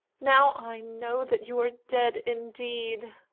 now i know that you are dead indeed.